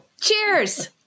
Cheers